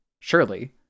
surely